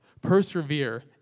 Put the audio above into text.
persevere